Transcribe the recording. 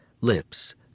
lips